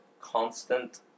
constant